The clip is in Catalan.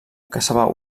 caçava